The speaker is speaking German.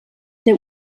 der